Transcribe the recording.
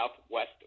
Southwest